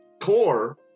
core